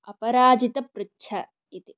अपराजित पृच्छ इति